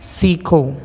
सीखो